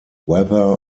whether